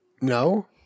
No